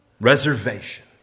reservation